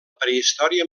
prehistòria